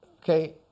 okay